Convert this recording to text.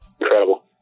incredible